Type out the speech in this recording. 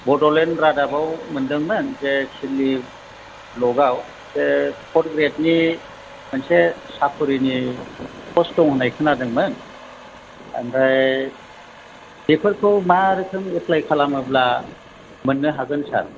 बड'लेण्ड रादाबआव मोनदोंमोन जे सिदलि ब्लकआव बे फर ग्रेडनि मोनसे साख्रिनि पस्ट दं होननाय खोनादोंमोन ओमफ्राय बेफोरखौ मा रोखोम एफ्लाइ खालोमोब्ला मोननो हागोन सार